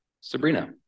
Sabrina